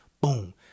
boom